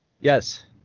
Yes